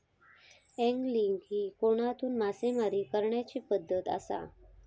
angling ही कोनातून मासेमारी करण्याची पद्धत आसा